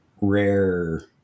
rare